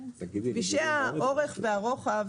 כבישי האורך והרוחב,